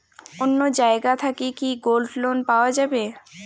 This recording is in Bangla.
অন্য জায়গা থাকি কি গোল্ড লোন পাওয়া যাবে?